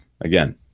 again